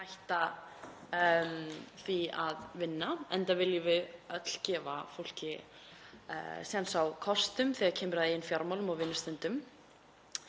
að vinna, enda viljum við öll gefa fólki séns á kostum þegar kemur að eigin fjármálum og vinnustundum.